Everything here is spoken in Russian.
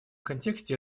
контексте